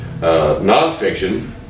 nonfiction